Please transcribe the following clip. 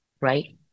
right